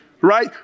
right